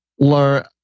learn